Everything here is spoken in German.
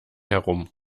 herum